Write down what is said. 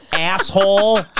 Asshole